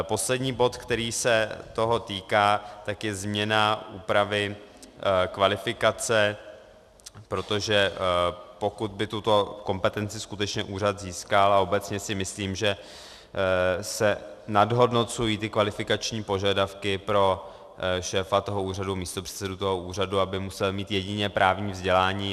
Poslední bod, který se toho týká, je změna úpravy kvalifikace, protože pokud by tuto kompetenci skutečně úřad získal, a obecně si myslím, že se nadhodnocují kvalifikační požadavky pro šéfa a místopředsedu toho úřadu, aby musel mít jedině právní vzdělání.